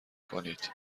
کنید